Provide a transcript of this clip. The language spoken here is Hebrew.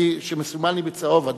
כי כשמסומן לי בצהוב אני,